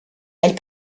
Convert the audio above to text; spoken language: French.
elle